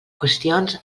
qüestions